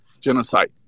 genocide